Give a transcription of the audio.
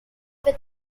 with